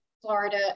Florida